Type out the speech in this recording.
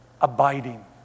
Abiding